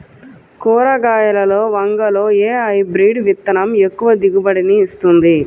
కూరగాయలలో వంగలో ఏ హైబ్రిడ్ విత్తనం ఎక్కువ దిగుబడిని ఇస్తుంది?